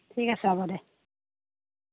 ঠিক আছে হ'ব দে